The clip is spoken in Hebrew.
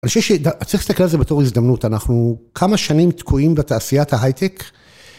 אני חושב שצריך להסתכל על זה בתור הזדמנות, אנחנו כמה שנים תקועים בתעשיית ההייטק.